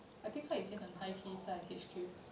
I think 他以前很 high key 在 H_Q